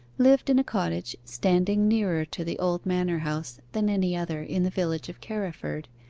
lived in a cottage standing nearer to the old manor-house than any other in the village of carriford,